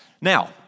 Now